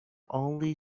only